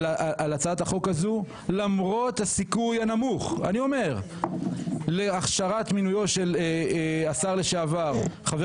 הצעת החוק הזו למרות הסיכוי הנמוך להכשרת מינויו של השר לשעבר חבר